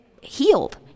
healed